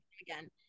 again